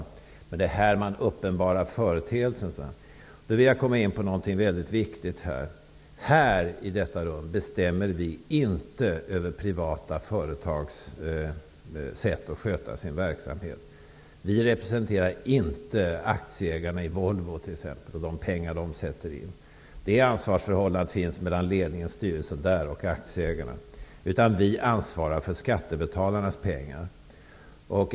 Han sade att det är där man uppenbarar företeelsen. Då vill jag ta upp någonting väldigt viktigt. Här i detta rum bestämmer vi inte över privata företags sätt att sköta sin verksamhet. Vi representerar t.ex. inte aktieägarna i Volvo och de pengar de sätter in. Det ansvarsförhållandet finns mellan ledningen, styrelsen och aktieägarna där. Vi ansvarar för skattebetalarnas pengar.